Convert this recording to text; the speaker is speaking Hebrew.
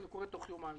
וזה קורה תוך יומיים.